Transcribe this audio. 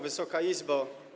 Wysoka Izbo!